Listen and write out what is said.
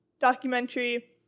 documentary